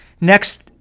next